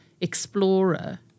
explorer